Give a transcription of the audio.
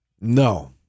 No